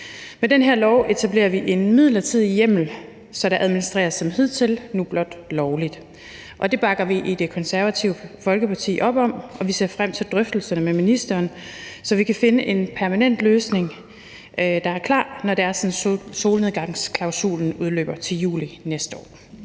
Med den her lov etablerer vi en midlertidig hjemmel, så der administreres som hidtil, nu blot lovligt. Det bakker vi i Det Konservative Folkeparti op om, og vi ser frem til drøftelserne med ministeren, så vi kan finde en permanent løsning, der er klar, når solnedgangsklausulen udløber til juli næste år.